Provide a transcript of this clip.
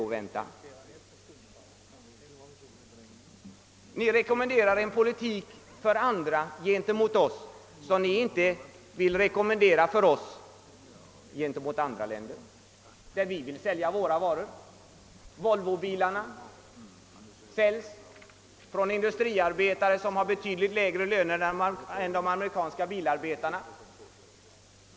Ni rekommenderar en politik för andra gentemot oss som ni inte vill rekommendera för oss gentemot andra. Volvobilarna säljs till USA trots att våra industriarbetare har betydligt lägre löner än de amerikanska bilarbetarna.